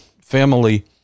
family